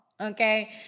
Okay